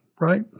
right